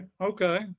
okay